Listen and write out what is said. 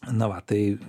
na va tai